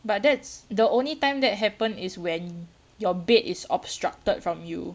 but that's the only time that happen is when your bed is obstructed from you